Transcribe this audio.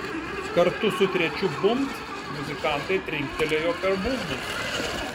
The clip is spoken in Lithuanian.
kartu su trečiu bumbt muzikantai trinktelėjo per būgnus